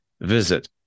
Visit